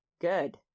Good